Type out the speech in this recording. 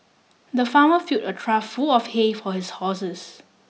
the farmer filled a trough full of hay for his horses